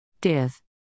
Div